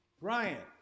Ryan